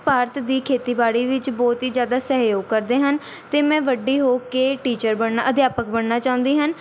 ਭਾਰਤ ਦੀ ਖੇਤੀਬਾੜੀ ਵਿੱਚ ਬਹੁਤ ਹੀ ਜ਼ਿਆਦਾ ਸਹਿਯੋਗ ਕਰਦੇ ਹਨ ਅਤੇ ਮੈਂ ਵੱਡੀ ਹੋ ਕੇ ਟੀਚਰ ਬਣਨਾ ਅਧਿਆਪਕ ਬਣਨਾ ਚਾਹੁੰਦੀ ਹਨ